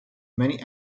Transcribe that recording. many